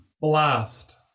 Blast